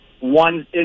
One